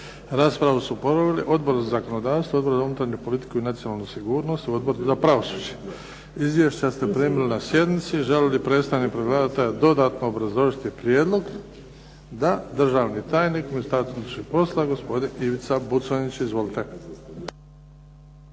Raspravu su proveli Odbor za zakonodavstvo, Odbor za unutarnju politiku i nacionalnu sigurnost, Odbor za pravosuđe. Izvješća ste primili na sjednici. Želi li predstavnik predlagatelja dodatno obrazložiti prijedlog? Da. Državni tajnik u Ministarstvu unutarnjih poslova gospodin Ivica Buconjić. Izvolite.